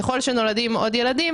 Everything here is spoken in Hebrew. ככל שנולדים עוד ילדים,